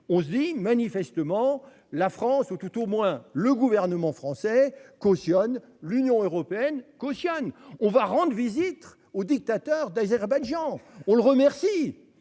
on se dit : manifestement, la France ou tout au moins le gouvernement français cautionne ; l'Union européenne cautionne. On va rendre visite au dictateur d'Azerbaïdjan ; on le remercie